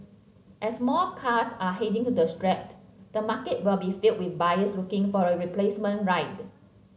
as more cars are heading to be scrapped the market will be filled with buyers looking for a replacement ride